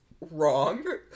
wrong